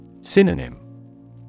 Synonym